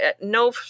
no